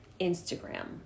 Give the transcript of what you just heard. Instagram